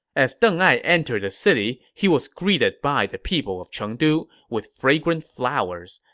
as deng ai entered the city, he was greeted by the people of chengdu with fragrant flowers.